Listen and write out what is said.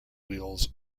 wheels